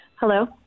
Hello